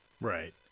Right